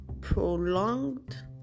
prolonged